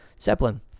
Zeppelin